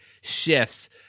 shifts